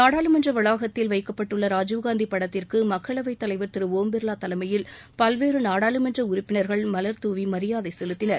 நாடாளுமன்ற வளாகத்தில் வைக்கப்பட்டுள்ள ராஜீவ்காந்தி படத்திற்கு மக்களவைத் தலைவர் திரு ஒம் பிர்லா தலைமையில் பல்வேறு நாடாளுமன்ற உறுப்பினர்கள் மலர்தூவி மரியாதை செலுத்தினர்